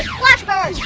flash burn,